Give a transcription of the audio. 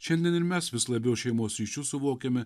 šiandien ir mes vis labiau šeimos ryšius suvokiame